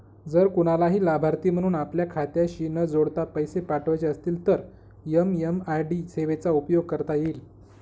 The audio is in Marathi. जर कुणालाही लाभार्थी म्हणून आपल्या खात्याशी न जोडता पैसे पाठवायचे असतील तर एम.एम.आय.डी सेवेचा उपयोग करता येईल